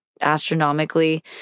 astronomically